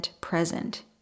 present